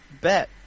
bet